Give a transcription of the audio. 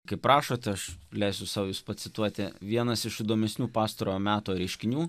kai rašot aš leisiu sau jus pacituoti vienas iš įdomesnių pastarojo meto reiškinių